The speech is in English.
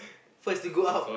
first to go out